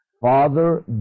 Father